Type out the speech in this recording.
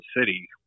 city